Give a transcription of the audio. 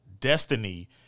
destiny